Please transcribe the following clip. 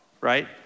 right